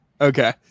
okay